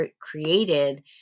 created